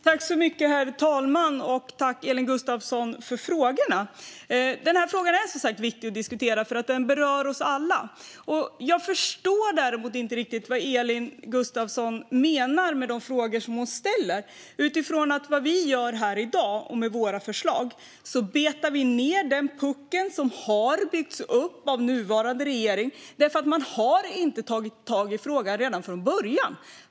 Herr talman! Tack, Elin Gustafsson, för frågorna! Den här frågan är som sagt viktig att diskutera, för den berör oss alla. Jag förstår däremot inte riktigt vad Elin Gustafsson menar med de frågor som hon ställer. Utifrån våra förslag här i dag betar vi av den puckel som har byggts upp av nuvarande regering, eftersom man inte har tagit tag i frågan redan från början.